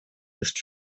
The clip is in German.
ist